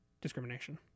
discrimination